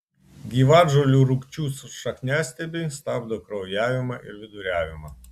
gyvatžolių rūgčių šakniastiebiai stabdo kraujavimą ir viduriavimą